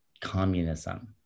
communism